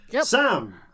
Sam